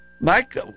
Mike